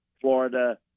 Florida